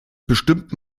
bestimmt